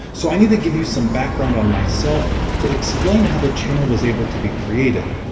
so i need to give you some background on myself to explain how the channel was able to be created.